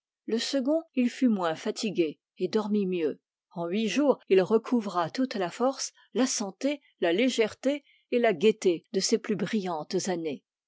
le second il fut moins fatigué et dormit mieux en huit jours il recouvra toute la force la santé la légèreté et la gaieté de ses plus brillantes années